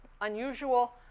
unusual